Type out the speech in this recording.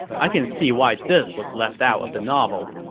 i can see why this was left out of the novel